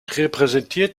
repräsentiert